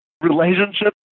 relationship